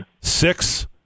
Six